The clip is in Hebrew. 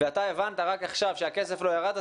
ואתה הבנת רק עכשיו שהכסף לא ירד,